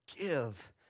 give